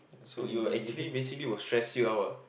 so you will actually basically will stress you out